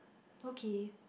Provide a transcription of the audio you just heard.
okay